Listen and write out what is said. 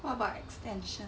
what about extension